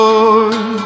Lord